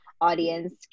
audience